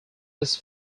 his